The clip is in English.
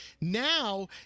now